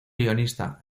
guionista